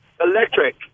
Electric